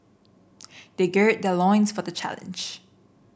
they gird their for the challenge